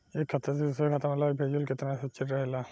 एक खाता से दूसर खाता में राशि भेजल केतना सुरक्षित रहेला?